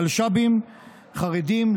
מלש"בים חרדים,